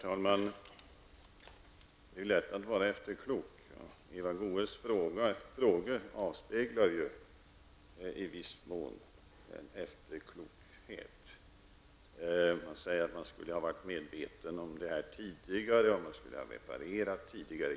Herr talman! Det är lätt att vara efterklok. Eva Goe s frågor avspeglar ju i viss mån en efterklokhet. Hon säger att man skulle ha varit medveten om riskerna tidigare och att man skulle ha reparerat tidigare.